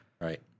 Right